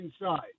inside